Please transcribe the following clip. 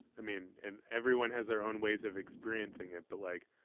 i mean, and everyone has their own ways of experiencing it. but like,